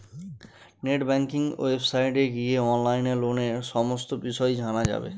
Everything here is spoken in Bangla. নেট ব্যাঙ্কিং ওয়েবসাইটে গিয়ে অনলাইনে লোনের সমস্ত বিষয় জানা যাবে